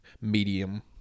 medium